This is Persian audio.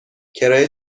کرایه